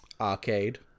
arcade